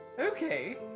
okay